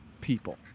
people